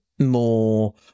More